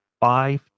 five